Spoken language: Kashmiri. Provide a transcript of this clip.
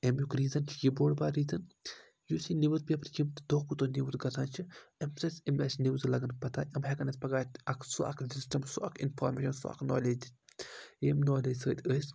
امیُک ریٖزَن چھِ یہِ بوٚڈ بار ریٖزَن یُس یہِ نِوٕزپیپَر چھِ یِم دۄہ کھۄتہٕ دۄہ نِوٕز گژھان چھِ امہِ سٟتۍ چھِ امہِ نِوزٕ لَگان اسہِ پَتہٕ امہِ ہؠکَن اسہِ پَگاہ اکھ سُہ اَکھ سِسٹم سُہ اَکھ اِنفارمیشن سُہ اَکھ نالیج دِتھ ییٚمہِ نالیج سٟتۍ أسۍ